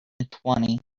twenty